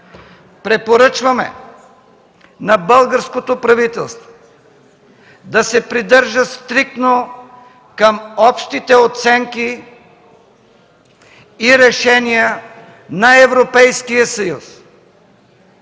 препоръчваме на българското правителство да се придържа стриктно към общите оценки и решения на Европейския съюз,